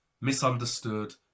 misunderstood